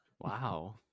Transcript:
wow